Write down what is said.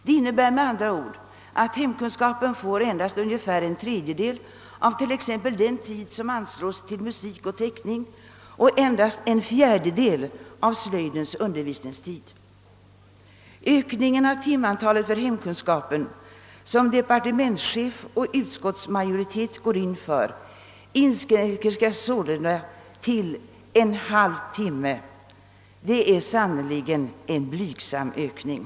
Det innebär med andra ord att hemkunskapen endast får ungefär en tredjedel av t.ex. den tid som anslås till musik och teckning och endast en fjärdedel av slöjdens undervisningstid. Den ökning av timantalet för hemkunskapen som departementschef och utskottsmajoritet går in för inskränker sig sålunda till en halv veckotimme. Detta är sannerligen en blygsam ökning!